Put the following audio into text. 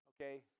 okay